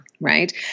right